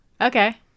okay